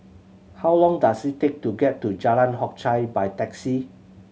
how long does it take to get to Jalan Hock Chye by taxi